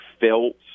felt